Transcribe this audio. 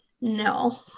no